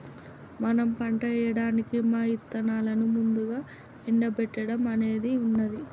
మనం పంట ఏయడానికి మా ఇత్తనాలను ముందుగా ఎండబెట్టడం అనేది ఉన్నది